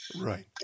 Right